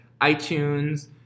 iTunes